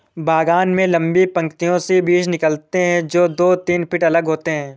बागान में लंबी पंक्तियों से बीज निकालते है, जो दो तीन फीट अलग होते हैं